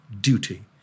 duty